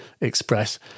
express